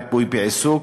ריפוי בעיסוק,